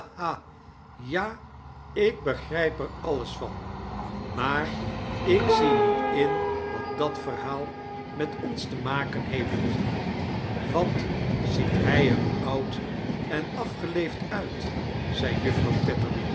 ja ik begrijp er alles van maar ik zie niet in wat dat verhaajl met ons te maken heeft wat ziet hij er oud en afgeleefd uit zei juffrouw